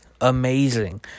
amazing